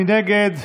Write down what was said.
מי נגד?